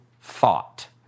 thought